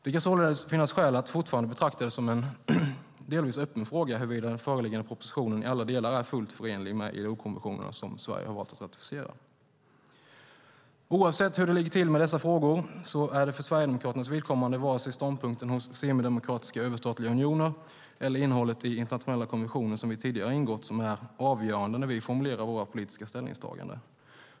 Det kan således finnas skäl att fortfarande betrakta det som en delvis öppen fråga huruvida den föreliggande propositionen i alla delar är fullt förenlig med ILO-konventionerna som Sverige har valt att ratificera. Oavsett hur det ligger till med dessa frågor är det för Sverigedemokraternas vidkommande varken ståndpunkten hos semidemokratiska överstatliga unioner eller innehållet i internationella konventioner som Sverige tidigare har ingått som är avgörande när vi formulerar våra politiska ställningstaganden.